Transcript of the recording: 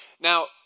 Now